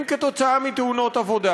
נכים כתוצאה מתאונות עבודה.